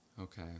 Okay